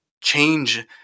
change